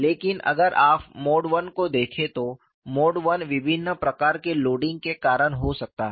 लेकिन अगर आप मोड I को देखें तो मोड I विभिन्न प्रकार के लोडिंग के कारण हो सकता है